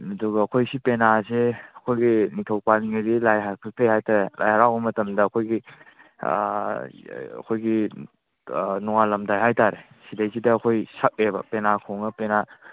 ꯑꯗꯨꯒ ꯑꯩꯈꯣꯏꯁꯤ ꯄꯦꯅꯥꯁꯦ ꯑꯩꯈꯣꯏꯒꯤ ꯅꯤꯡꯊꯧ ꯄꯥꯜꯂꯤꯉꯩꯗꯒꯤ ꯂꯥꯏ ꯍꯥꯛꯇꯛꯇꯒꯤ ꯍꯥꯏꯇꯥꯔꯦ ꯂꯥꯏ ꯍꯔꯥꯎꯕ ꯃꯇꯝꯗ ꯑꯩꯈꯣꯏꯒꯤ ꯑꯩꯈꯣꯏꯒꯤ ꯅꯣꯡꯉꯥꯜꯂꯝꯗꯥꯏ ꯍꯥꯏꯇꯥꯔꯦ ꯁꯤꯗꯩꯁꯤꯗ ꯑꯩꯈꯣꯏ ꯁꯛꯑꯦꯕ ꯄꯦꯅꯥ ꯈꯣꯡꯉ ꯄꯦꯅꯥ